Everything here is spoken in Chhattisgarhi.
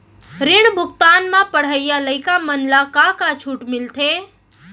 ऋण भुगतान म पढ़इया लइका मन ला का का छूट मिलथे?